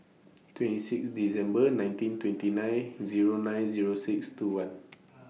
twenty six December nineteen twenty nine Zero nine Zero six two one